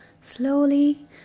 Slowly